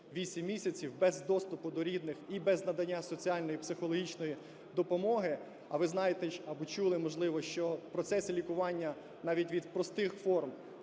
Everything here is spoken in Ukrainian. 6-8 місяців без доступу до рідних і без надання соціальної психологічної допомоги, а ви знаєте або чули, можливо, що в процесі лікування навіть від простих форм